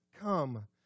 come